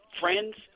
friends